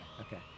okay